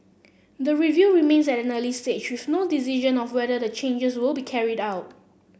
the review remains at an early stage with no decision on whether the changes will be carried out